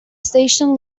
station